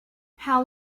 how